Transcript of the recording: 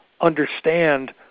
understand